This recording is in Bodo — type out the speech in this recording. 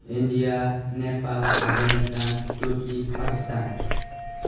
इण्डिया नेपाल आफगानिस्तान तुर्की पाकिस्तान